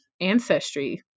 ancestry